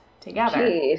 together